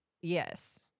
yes